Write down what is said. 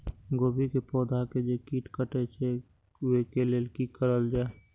गोभी के पौधा के जे कीट कटे छे वे के लेल की करल जाय?